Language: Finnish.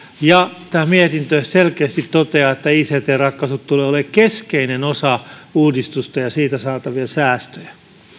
ja tämä mietintö selkeästi toteaa että ict ratkaisut tulevat olemaan keskeinen osa uudistusta ja siitä saatavia säästöjä